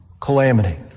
calamity